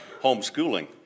homeschooling